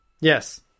Yes